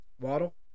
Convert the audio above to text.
Waddle